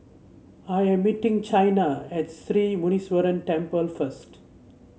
I am meeting Chyna at Sri Muneeswaran Temple first